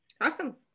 Awesome